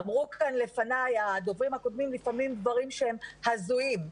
אמרו כאן לפניי הדוברים הקודמים לפעמים דברים שהם הזויים.